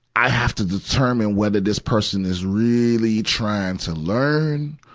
i have to determine whether this person is really trying to learn,